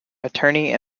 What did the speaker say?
attorney